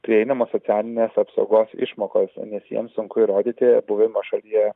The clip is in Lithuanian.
prieinamos socialinės apsaugos išmokos nes jiems sunku įrodyti buvimo šalyje